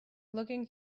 looking